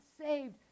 saved